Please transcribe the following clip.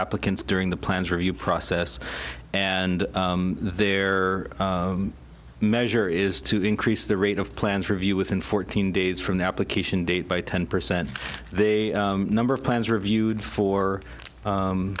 applicants during the plan's review process and their measure is to increase the rate of plans review within fourteen days from the application date by ten percent they number of plans are reviewed for